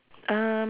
um